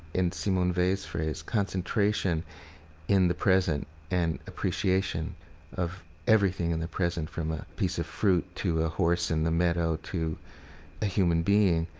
in simone weil's phrase, concentration in the present and appreciation of everything in the present from a piece of fruit to a horse in the meadow to a human being.